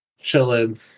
chilling